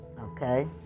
Okay